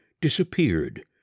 disappeared